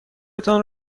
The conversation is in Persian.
تان